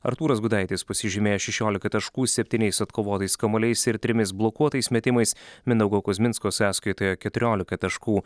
artūras gudaitis pasižymėjo šešiolika taškų septyniais atkovotais kamuoliais ir trimis blokuotais metimais mindaugo kuzminsko sąskaitoje keturiolika taškų